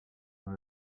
dans